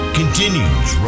continues